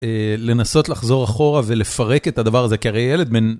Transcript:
לנסות לחזור אחורה ולפרק את הדבר הזה כי הרי ילד מן.